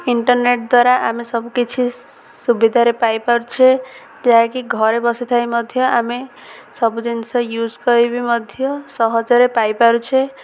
internet ଦ୍ୱାରା ଆମେ ସବୁକିଛି ସୁବିଧାରେ ପାଇପାରୁଛେ ଯାହାକି ଘରେ ବସି ଥାଇ ମଧ୍ୟ ଆମେ ସବୁ ଜିନିଷ ୟୁଜ୍ କରି ମଧ୍ୟ ସହଜରେ ପାଇପାରୁଛେ